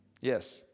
yes